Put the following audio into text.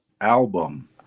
album